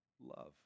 love